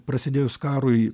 prasidėjus karui